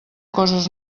coses